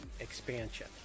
expansion